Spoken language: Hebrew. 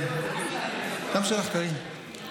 קארין.